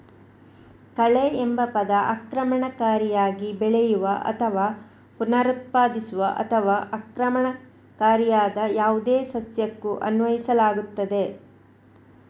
ಕಳೆಎಂಬ ಪದ ಆಕ್ರಮಣಕಾರಿಯಾಗಿ ಬೆಳೆಯುವ ಅಥವಾ ಪುನರುತ್ಪಾದಿಸುವ ಅಥವಾ ಆಕ್ರಮಣಕಾರಿಯಾದ ಯಾವುದೇ ಸಸ್ಯಕ್ಕೂ ಅನ್ವಯಿಸಲಾಗುತ್ತದೆ